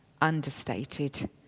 understated